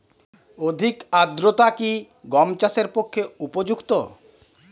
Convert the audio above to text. অধিক আর্দ্রতা কি গম চাষের পক্ষে উপযুক্ত?